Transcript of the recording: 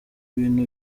bintu